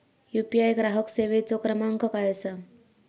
UPI ग्राहक सेवेचो क्रमांक काय असा?